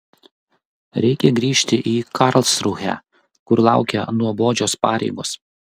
reikia grįžti į karlsrūhę kur laukia nuobodžios pareigos